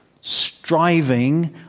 Striving